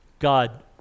God